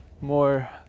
more